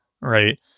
Right